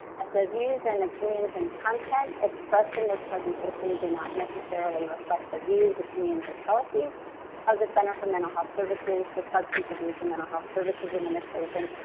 the views and opinions and content expressed in this presentation do not necessarily reflect the views, opinions, or policies of the center for mental health services, the substance abuse and mental health services administration,